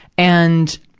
and,